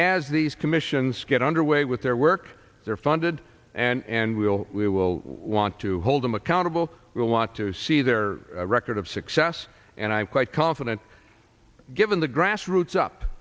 as these commissions get underway with their work they're funded and we will we will want to hold them accountable will want to see their record of success and i'm quite confident given the grassroots up